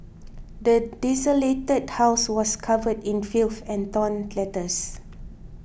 the desolated house was covered in filth and torn letters